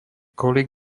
kolík